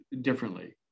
differently